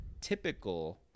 typical